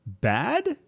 bad